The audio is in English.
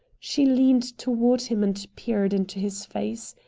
she leaned toward him and peered into his face.